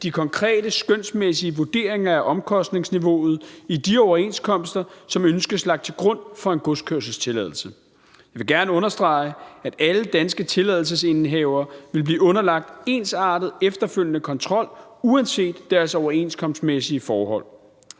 de konkrete, skønsmæssige vurderinger af omkostningsniveauet i de overenskomster, som ønskes lagt til grund for en godskørselstilladelse. Jeg vil gerne understrege, at alle danske tilladelsesindehavere vil blive underlagt ensartet efterfølgende kontrol uanset deres overenskomstmæssige forhold.